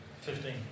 Fifteen